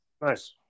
nice